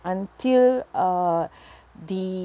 until uh the